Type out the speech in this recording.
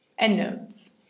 Endnotes